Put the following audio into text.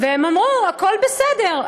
הם אמרו: הכול בסדר.